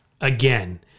again